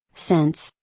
since,